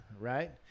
right